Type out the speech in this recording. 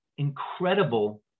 incredible